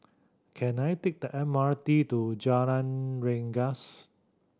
can I take the M R T to Jalan Rengas